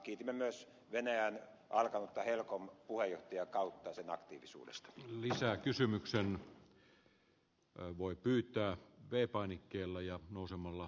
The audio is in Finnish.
kiitimme myös venäjää aktiivisuudesta sen alkaneella helcom puheenjohtajakaudella